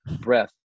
breath